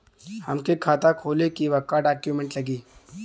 हमके खाता खोले के बा का डॉक्यूमेंट लगी?